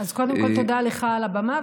אז קודם כול תודה לך על הבמה,